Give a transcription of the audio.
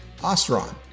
Ostron